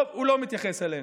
טוב, הוא לא מתייחס אליהם.